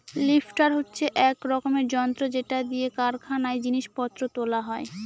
lifter হচ্ছে এক রকমের যন্ত্র যেটা দিয়ে কারখানায় জিনিস পত্র তোলা হয়